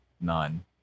None